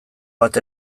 bat